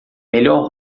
melhor